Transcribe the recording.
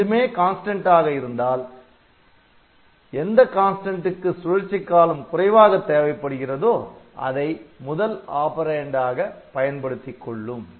இரண்டுமே மாறிலியாக இருந்தால் எதற்கு சுழற்சிக் காலம் குறைவாக தேவைப்படுகிறதோ அதை முதல் ஆப்பரேன்ட் ஆக பயன்படுத்திக்கொள்ளும்